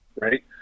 right